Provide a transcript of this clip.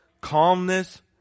calmness